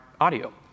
audio